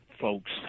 folks